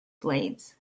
blades